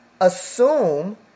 assume